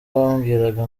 bambwiraga